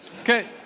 Okay